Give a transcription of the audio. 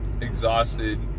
exhausted